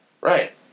Right